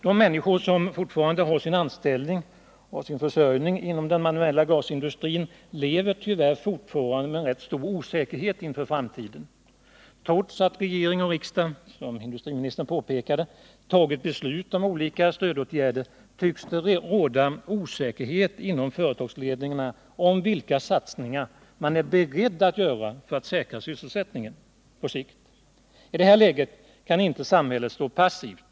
De människor som fortfarande har sin anställning och sin försörjning inom den manuella glasindustrin lever tyvärr med en stor osäkerhet inför framtiden. Trots att regering och riksdag, som industriministern påpekade, fattat beslut om olika stödåtgärder tycks det råda osäkerhet inom företagsledningarna om vilka satsningar som man är beredd att göra för att säkra sysselsättningen på sikt. I det här läget kan inte samhället stå passivt.